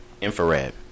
Infrared